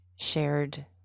shared